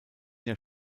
jahr